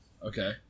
Okay